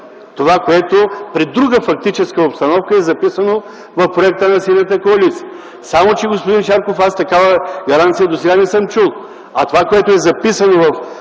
това, което при друга фактическа обстановка е записано в проекта на Синята коалиция. Само че, господин Шарков, аз такава гаранция досега не съм чул. А това, което е записано в